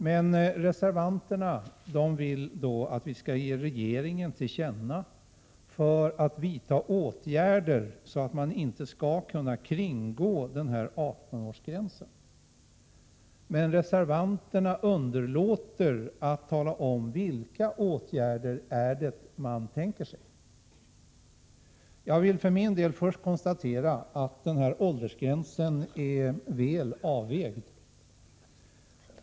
Men reservanterna vill att riksdagen skall ge regeringen till känna att det bör vidtas åtgärder för att 18-årsgränsen inte skall kunna kringgås. Reservanterna underlåter emellertid att tala om vilka åtgärder de tänker sig. För min del vill jag först konstatera att åldersgränsen är väl avvägd.